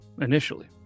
initially